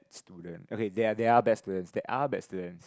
student okay there there are bad students there are bad students